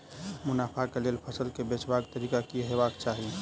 मुनाफा केँ लेल फसल केँ बेचबाक तरीका की हेबाक चाहि?